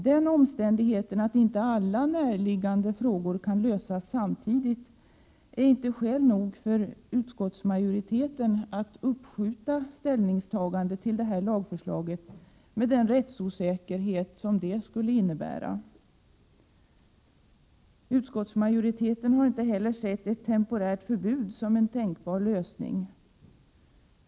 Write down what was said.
Den omständigheten att inte alla närliggande frågor kan lösas samtidigt är inte skäl nog för utskottsmajoriteten att uppskjuta ställningstagande i fråga om detta lagförslag, med den rättsosäkerhet det skulle innebära. Utskottsmajoriteten har inte heller sett ett temporärt förbud som en tänkbar lösning.